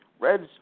Reds